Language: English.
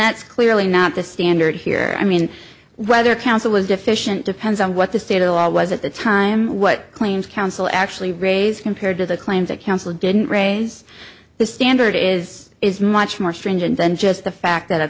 that's clearly not the standard here i mean whether council was deficient depends on what the state of the law was at the time what claims council actually raised compared to the claims that council didn't raise the standard is is much more stringent than just the fact that a